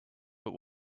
but